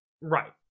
Right